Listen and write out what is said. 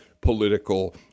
political